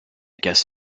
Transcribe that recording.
guess